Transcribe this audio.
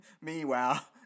Meanwhile